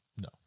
No